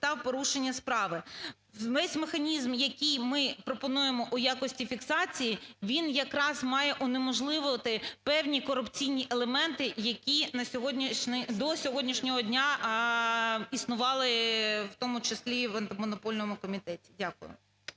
підстав порушення справи. Весь механізм, який ми пропонуємо у якості фіксації, він якраз має унеможливити певні корупційні елементи, які до сьогоднішнього дня існували у тому числі в Антимонопольному комітеті. Дякую.